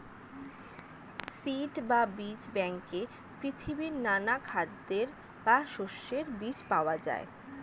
seed বা বীজ ব্যাংকে পৃথিবীর নানা খাদ্যের বা শস্যের বীজ পাওয়া যায়